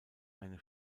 eine